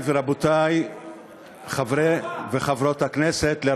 תודה רבה, חברת הכנסת.